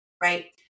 Right